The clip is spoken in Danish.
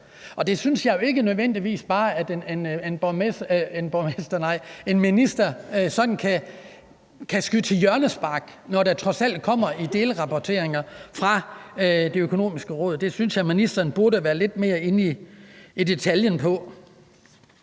Det synes jeg jo ikke nødvendigvis bare en minister sådan kan skyde til hjørnespark, når det trods alt kommer i delrapporteringer fra Det Miljøøkonomiske Råd. Det synes jeg ministeren burde være lidt mere inde i detaljen i.